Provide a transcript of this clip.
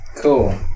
Cool